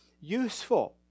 Useful